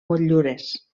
motllures